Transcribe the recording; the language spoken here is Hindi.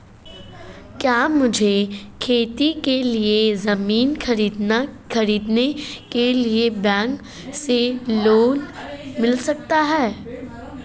क्या मुझे खेती के लिए ज़मीन खरीदने के लिए बैंक से लोन मिल सकता है?